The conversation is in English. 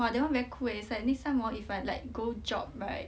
!wah! that one very cool eh it's like next time hor if I like go job right